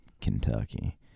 Kentucky